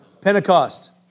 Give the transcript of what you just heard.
Pentecost